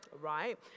Right